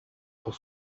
pour